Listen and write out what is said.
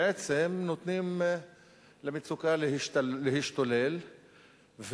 בעצם נותנים למצוקה להשתולל,